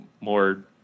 more